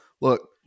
Look